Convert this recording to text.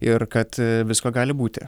ir kad visko gali būti